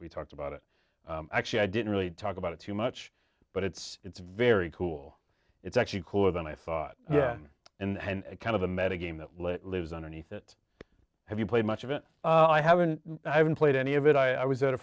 we talked about it actually i didn't really talk about it too much but it's it's very cool it's actually cooler than i thought and it kind of a met a game that let lives underneath it have you played much of it i haven't i haven't played any of it i was at a